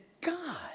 God